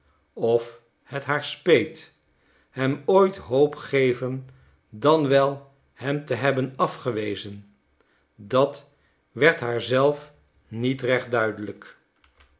of het haar speet hem ooit hoop gegeven dan wel hem te hebben afgewezen dat werd haar zelf niet recht duidelijk